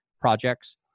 projects